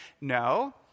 No